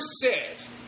says